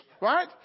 right